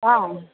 অ